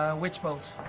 ah witch bolt.